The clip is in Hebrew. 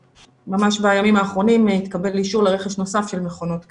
ממש בימים האחרונים התקבל אישור לרכש נוסף של מכונות כאלה.